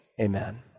Amen